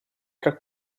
tra